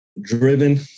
Driven